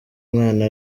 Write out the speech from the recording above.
mwana